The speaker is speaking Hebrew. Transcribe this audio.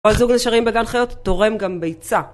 הזוג נשארים בגן חיות תורם גם ביצה